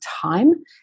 time